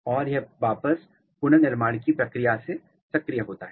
और यह वापस पुनर्निर्माण की प्रक्रिया से सक्रिय होता है